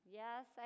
yes